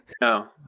No